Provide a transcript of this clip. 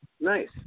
Nice